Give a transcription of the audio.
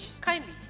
kindly